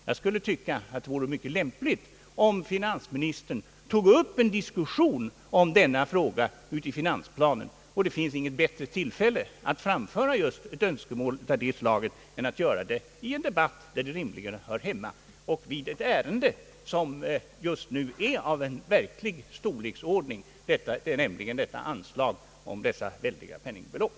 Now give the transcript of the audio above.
Jag tycker det vore mycket lämpligt om finansministern tog upp en diskussion om denna fråga i finansplanen. Det finns inget bättre tillfälle att framföra ett önskemål av just det slag som jag här har gjort än i en debatt, där det rimligen hör hemma, och vid behandlingen av ett ärende som är av verklig storleksordning, nämligen här föreliggande anslagsyrkande om väldiga penningbelopp.